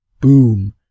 Boom